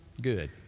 Good